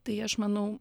tai aš manau